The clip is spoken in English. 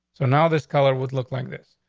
so now this color would look like this.